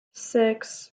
six